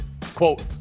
Quote